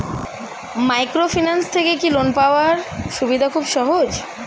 Microfinance থেকে কি loan পাওয়ার সুবিধা খুব সহজ?